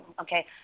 Okay